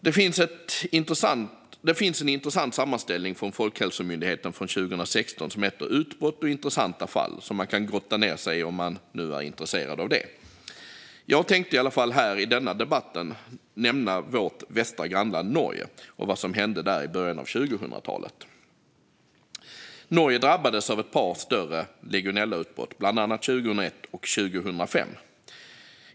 Det finns en intressant sammanställning från Folkhälsomyndigheten från 2016 som heter Utbrott och intressanta fall som man kan grotta ned sig i om man nu är intresserad av det. Jag tänkte i alla fall här i denna debatt nämna vårt västra grannland Norge och vad som hände där i början av 2000-talet. Norge drabbades då av ett par större legionellautbrott, bland annat 2001 och 2005.